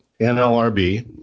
NLRB